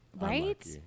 right